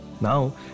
Now